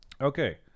Okay